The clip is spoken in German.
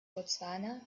botswana